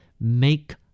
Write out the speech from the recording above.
make